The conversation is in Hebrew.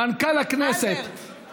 מנכ"ל הכנסת, אלברט, אלברט.